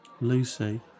Lucy